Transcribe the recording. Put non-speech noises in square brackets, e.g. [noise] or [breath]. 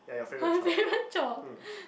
my favourite chore [breath]